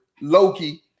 Loki